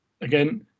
again